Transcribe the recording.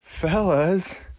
Fellas